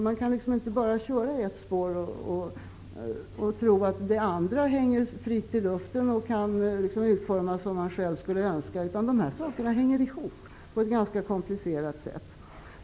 Man kan inte bara köra i ett spår och tro att allt annat hänger fritt i luften och kan utformas så som man själv önskar. De här sakerna hänger ihop på ett ganska komplicerat sätt.